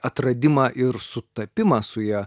atradimą ir sutapimą su ja